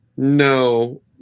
No